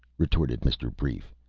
retorted mr. brief.